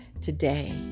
today